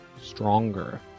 stronger